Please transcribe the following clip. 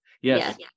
Yes